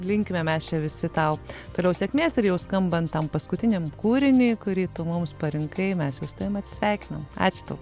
linkime mes čia visi tau toliau sėkmės ir jau skambant tam paskutinim kūriniui kurį tu mums parinkai mes jau su tavim atsisveikinam ačiū tau